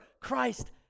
Christ